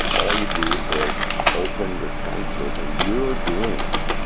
all you do is open your sensors, and you're doing it.